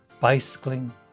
bicycling